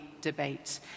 debate